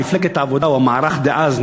מפלגת העבודה או המערך דאז,